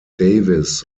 davis